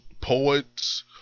Poets